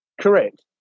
Correct